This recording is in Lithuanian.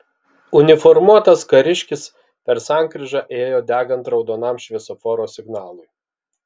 uniformuotas kariškis per sankryžą ėjo degant raudonam šviesoforo signalui